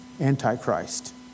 Antichrist